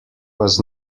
was